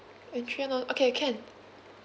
okay can